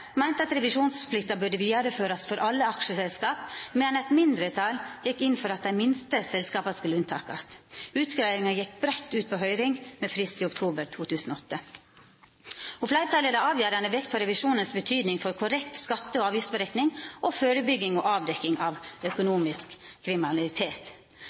meinte at revisjonsplikta burde vidareførast for alle aksjeselskap, medan eit mindretal gjekk inn for at dei minste selskapa skulle fritakast. Utgreiinga gjekk breitt ut på høyring med frist til oktober 2008. Fleirtalet la avgjerande vekt på revisjonens betydning for korrekt skatte- og avgiftsberekning og førebygging og avdekking av økonomisk kriminalitet.